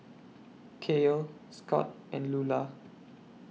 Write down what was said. Cael Scott and Lula